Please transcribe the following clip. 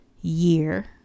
year